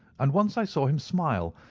and once i saw him smile,